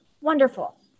wonderful